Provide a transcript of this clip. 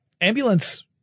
ambulance